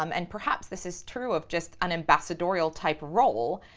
um and perhaps this is true of just an ambassadorial-type role,